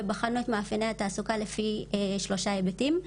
בחנו את מאפייני התעסוקה לפי שלושה היבטים,